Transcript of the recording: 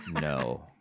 No